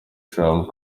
trump